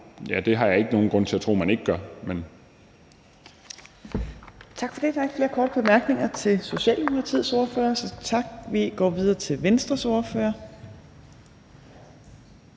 det har jeg ikke nogen grund til at tro at man ikke gør.